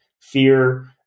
fear